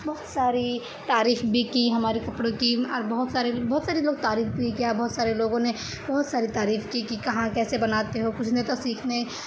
بہت ساری تعریف بھی کی ہمارے کپڑوں کی اور بہت سارے بہت سارے لوگ تعریف بھی کیا بہت سارے لوگوں نے بہت ساری تعریف کی کہ کہاں کیسے بناتے ہو کچھ نے تو سیکھنے